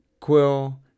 Quill